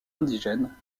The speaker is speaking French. indigène